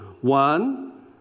One